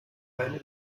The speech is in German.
eine